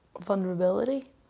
vulnerability